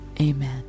amen